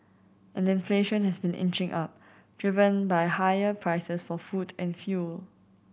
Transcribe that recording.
and inflation has been inching up driven by higher prices for food and fuel